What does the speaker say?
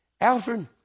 Alfred